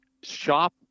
shop